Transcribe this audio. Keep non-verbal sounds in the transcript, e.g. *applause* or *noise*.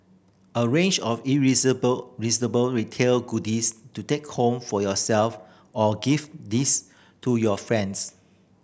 a range of *unintelligible* retail goodies to take home for yourself or gift these to your friends